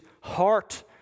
heart